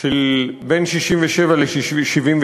של בין 1967 ל-1973.